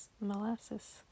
molasses